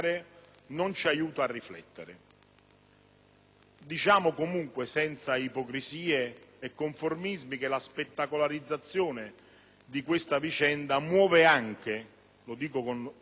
Diciamo comunque, senza ipocrisie e conformismi, che la spettacolarizzazione di questa vicenda muove anche - lo dico con rispetto vero e autentico